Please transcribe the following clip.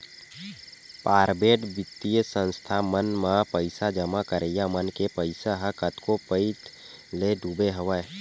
private बित्तीय संस्था मन म पइसा जमा करइया मन के पइसा ह कतको पइत ले डूबे हवय